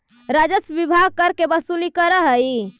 राजस्व विभाग कर के वसूली करऽ हई